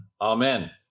Amen